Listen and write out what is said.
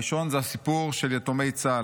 הראשון זה הסיפור של יתומי צה"ל.